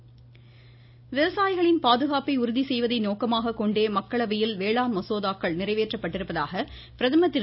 பிரதமர் விவசாயிகளின் பாதுகாப்பை உறுதி செய்வதை நோக்கமாக கொண்டே மக்களவையில் வேளாண் மசோதாக்கள் நிறைவேற்றப்பட்டதாக பிரதமர் திரு